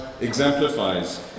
exemplifies